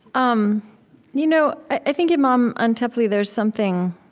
um you know i think, imam antepli, there's something